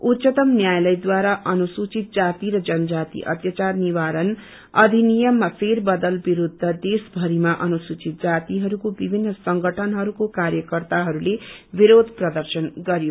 उच्चतम न्यायालयद्वारा अनुसूचित जाति र जनजाति अत्याचार निवरण अधिनियममा फेर बदल बिरूद्ध देश भरीमा अनूसूचित जातिहरूको बिभिन्न संगइनहरूको कार्यकर्त्ताहरूले बिरोध प्रदर्शन गर्यो